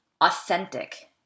authentic